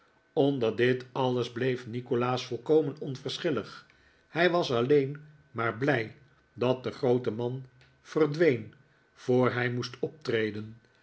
onder dit alles bleef nikolaas volkomen onverschillig hij was alleen maar blij dat de groote man verdween voor hij moest optreden